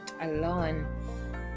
alone